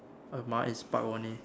mine is Park only